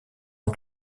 ans